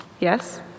Yes